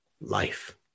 life